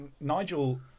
Nigel